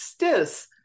stis